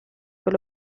per